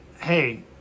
hey